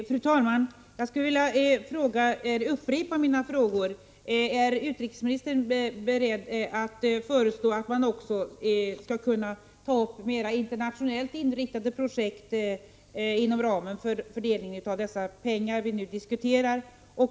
Fru talman! Jag skulle vilja upprepa mina frågor: Är utrikesministern för det första beredd att föreslå att man också skall kunna ta upp mera internationellt inriktade projekt vid fördelningen av de pengar vi nu diskuterar?